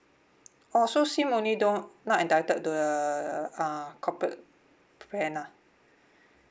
oh so SIM only don't not entitled the uh corporate plan lah